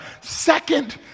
Second